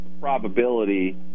probability